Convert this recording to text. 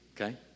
Okay